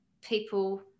people